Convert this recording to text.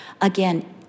Again